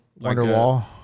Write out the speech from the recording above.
Wonderwall